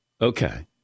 Okay